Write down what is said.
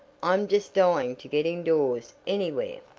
i'm just dying to get indoors anywhere.